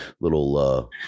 little